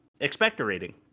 expectorating